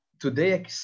today